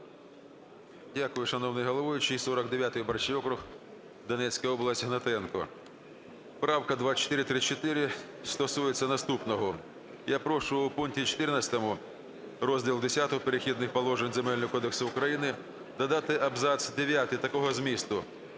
Дякую, шановний головуючий. 49 виборчий округ, Донецька область, Гнатенко. Правка 2434 стосується наступного. Я прошу у пункті 14 Розділ Х "Перехідних положень" Земельного кодексу України додати абзац дев'ятий такого змісту: